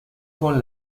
con